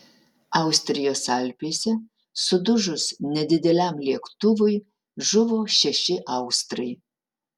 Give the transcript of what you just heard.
austrijos alpėse sudužus nedideliam lėktuvui žuvo šeši austrai